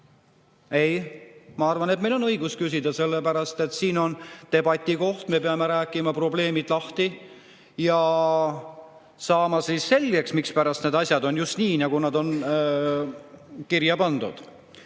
Ei, ma arvan, et meil on õigus küsida, sellepärast et siin on debati koht. Me peame rääkima probleemid lahti ja saama selgeks, mispärast need asjad on just nii, nagu nad on kirja pandud.